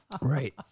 Right